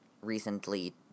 recently